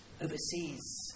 overseas